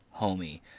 homie